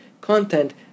content